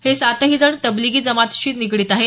हे सातही जण तब्लिगी जमातशी निगडीत आहेत